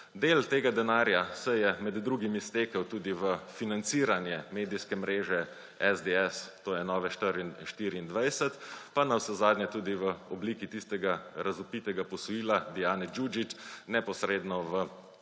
Del tega denarja se je med drugim iztekel tudi v financiranje medijske mreže SDS, to je Nove24, pa navsezadnje tudi v obliki tistega razvpitega posojila Dijane Đuđić neposredno v